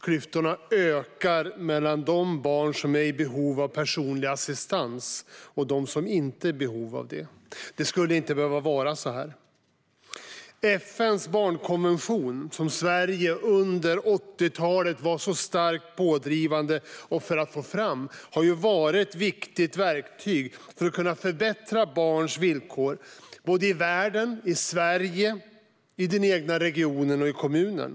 Klyftorna ökar mellan de barn som är i behov av personlig assistans och dem som inte är i behov av det. Det skulle inte behöva vara så här. FN:s barnkonvention, som Sverige under 80-talet var starkt pådrivande för att få fram, har varit ett viktigt verktyg för att kunna förbättra barns villkor i världen, i Sverige, i den egna regionen och i kommunen.